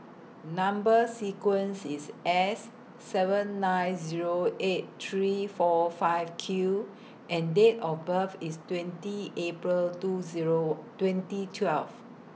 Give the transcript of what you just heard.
Number sequence IS S seven nine Zero eight three four five Q and Date of birth IS twenty April two Zero twenty twelve